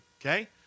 okay